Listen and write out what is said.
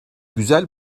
güzel